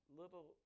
little